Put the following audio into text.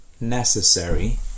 necessary